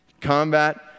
Combat